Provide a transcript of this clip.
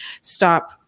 stop